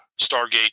Stargate